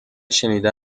شنیده